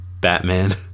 Batman